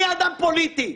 אני אדם פוליטי.